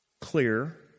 clear